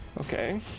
Okay